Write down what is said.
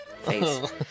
face